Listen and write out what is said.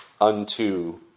unto